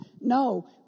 No